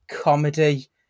comedy